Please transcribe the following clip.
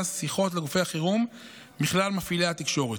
שיחות לגופי החירום מכלל מפעילי התקשורת.